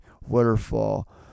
waterfall